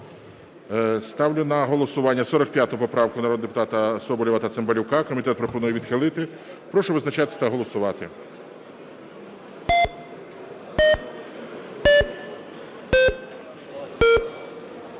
Ставлю на голосування 45 поправку народних депутатів Соболєва та Цимбалюка. Комітет пропонує відхилити. Прошу визначатись та голосувати.